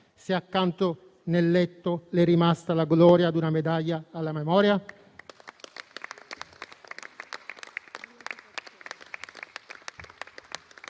se accanto nel letto le è rimasta la gloria d'una medaglia alla memoria»?